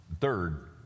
Third